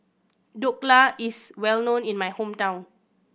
Dhokla is well known in my hometown